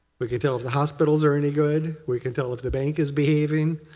but can tell if the hospitals are any good. we can tell if the bank is behaving.